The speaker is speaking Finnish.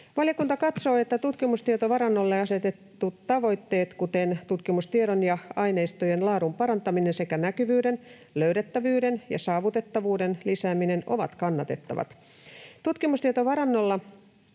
Valiokunta katsoo, että tutkimustietovarannolle asetetut tavoitteet, kuten tutkimustiedon ja aineistojen laadun parantaminen sekä näkyvyyden, löydettävyyden ja saavutettavuuden lisääminen ovat kannatettavat. Tutkimustietovarannolla